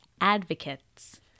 Advocates